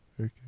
Okay